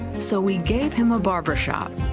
so we gave him a barber shop.